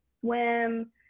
swim